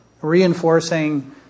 reinforcing